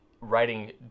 writing